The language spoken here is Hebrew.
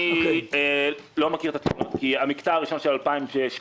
אני לא מכיר את התלונות, כי המקטע הראשון של 2018